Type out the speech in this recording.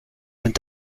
sind